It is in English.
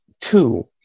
two